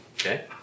Okay